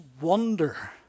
wonder